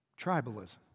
Tribalism